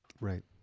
Right